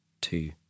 two